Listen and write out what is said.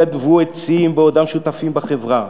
הם גנבו את "צים" בעודם שותפים בחברה.